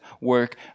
work